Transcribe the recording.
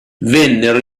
vennero